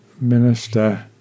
minister